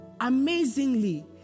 amazingly